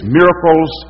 miracles